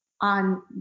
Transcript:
on